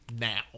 now